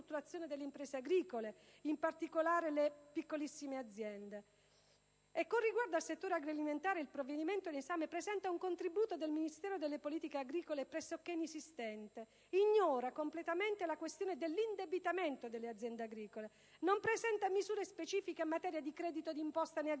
delle imprese agricole, in particolare le piccolissime aziende. Con riguardo al settore agroalimentare, il provvedimento in esame presenta un contributo del Ministero delle politiche agricole alimentari e forestali pressoché inesistente: ignora completamente la questione dell'indebitamento delle aziende agricole; non presenta misure specifiche in materia di credito d'imposta in agricoltura;